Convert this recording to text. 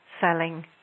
selling